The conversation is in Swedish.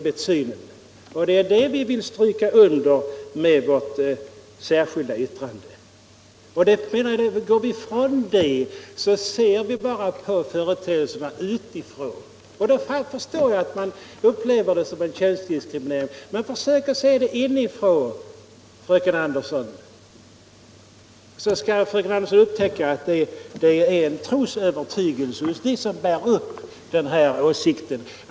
Det är det vi vill stryka under med vårt särskilda yttrande. Går vi ifrån det, ser vi bara på företeelserna utifrån, då förstår jag att man upplever det som en könsdiskriminering. Men försök att se det inifrån, så skall fröken Andersson upptäcka att det är en trosövertygelse hos dem som står för åsikten.